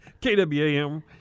KWAM